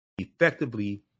effectively